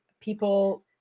people